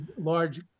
large